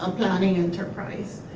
um planning enterprise.